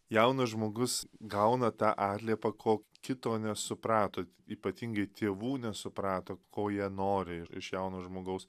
jaunas žmogus gauna tą atliepą ko kito nesuprato ypatingai tėvų nesuprato ko jie nori iš jauno žmogaus